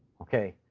ok.